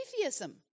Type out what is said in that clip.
atheism